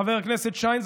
חבר הכנסת שיין,